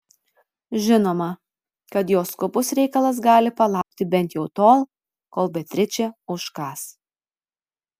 žinoma kad jos skubus reikalas gali palaukti bent jau tol kol beatričė užkąs